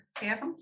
kevin